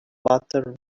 butter